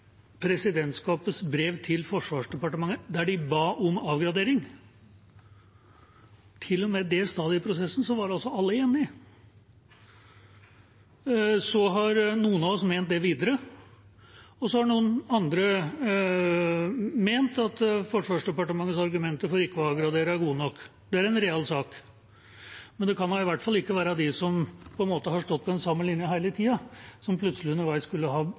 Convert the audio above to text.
brev til Forsvarsdepartementet der de ba om avgradering. Så har noen av oss ment det videre, og så har noen andre ment at Forsvarsdepartementets argumenter for ikke å avgradere, er gode nok. Det er en real sak, men det kan da i hvert fall ikke være de som har stått på den samme linja hele tida, som plutselig underveis skulle ha